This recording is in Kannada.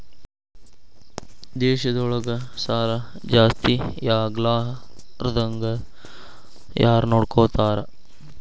ದೇಶದೊಳಗ ಸಾಲಾ ಜಾಸ್ತಿಯಾಗ್ಲಾರ್ದಂಗ್ ಯಾರ್ನೊಡ್ಕೊತಾರ?